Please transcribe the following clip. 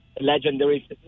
legendary